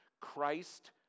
Christ